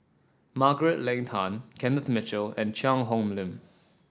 Margaret Leng Tan Kenneth Mitchell and Cheang Hong Lim